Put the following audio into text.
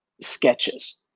sketches